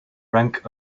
rank